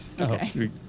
Okay